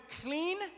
clean